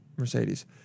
Mercedes